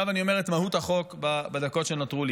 עכשיו אני אומר את מהות החוק, בדקות שנותרו לי.